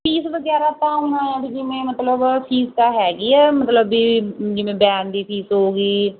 fees ਵਗੈਰਾ ਤਾਂ ਹੁਣ ਵੀ ਜਿਵੇਂ ਮਤਲਬ ਫੀਸ ਤਾਂ ਹੈਗੀ ਹੈ ਮਤਲਬ ਵੀ ਜਿਵੇਂ ਵੈਨ ਦੀ ਫੀਸ ਹੋ ਗਈ